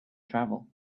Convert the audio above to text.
travel